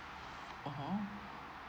mmhmm